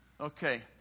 Okay